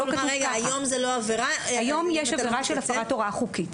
היום יש עבירה של הפרת הוראה חוקית,